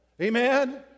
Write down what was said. amen